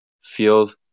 field